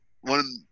one